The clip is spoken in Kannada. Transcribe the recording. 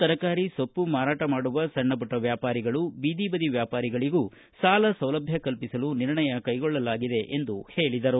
ತರಕಾರಿ ಸೊಪ್ಪು ಮಾರಾಟ ಮಾಡುವ ಸಣ್ಣಪುಟ್ಟ ವ್ಯಾಪಾರಿಗಳು ಬೀದಿ ಬದಿ ವ್ಯಾಪಾರಿಗಳಿಗೂ ಸಾಲ ಸೌಲಭ್ಯ ಕಲ್ಪಿಸಲು ನಿರ್ಣಯ ಕೈಗೊಳ್ಳಲಾಗಿದೆ ಎಂದು ಹೇಳಿದರು